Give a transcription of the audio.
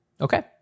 Okay